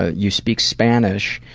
ah you speak spanish.